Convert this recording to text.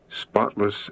Spotless